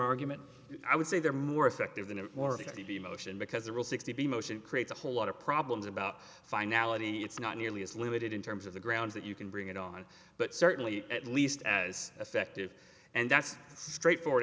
argument i would say they're more effective than a or b motion because the rule sixty b motion creates a whole lot of problems about finality it's not nearly as limited in terms of the grounds that you can bring it on but certainly at least as effective and that's straightforward